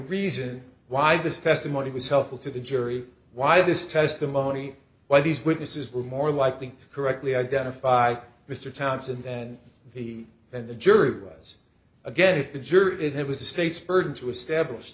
reason why this testimony was helpful to the jury why this testimony why these witnesses were more likely correctly identified mr townsend and the and the jury because again if the juror it was the state's burden to establish